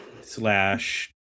slash